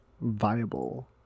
viable